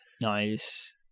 Nice